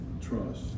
trust